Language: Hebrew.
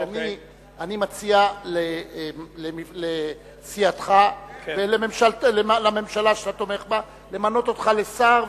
רק אני מציע לסיעתך ולממשלה שאתה תומך בה למנות אותך לשר,